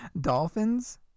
Dolphins